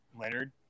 Leonard